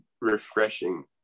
refreshing